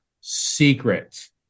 secret